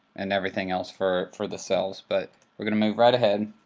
and everything else for for the cells, but we're going to move right ahead.